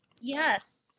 yes